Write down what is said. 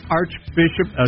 archbishop